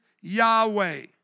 Yahweh